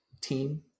team